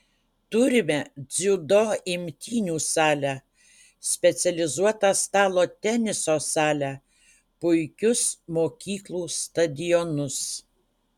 turime dziudo imtynių salę specializuotą stalo teniso salę puikius mokyklų stadionus